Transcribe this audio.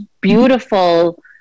beautiful